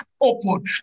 open